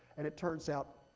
and it turns out,